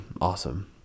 awesome